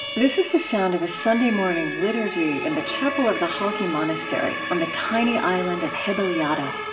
this is the sound of a sunday morning liturgy in the chapel of the halki monastery, on the tiny island of heybeliada.